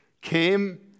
came